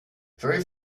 very